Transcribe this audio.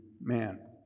man